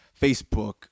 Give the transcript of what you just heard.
Facebook